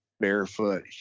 barefoot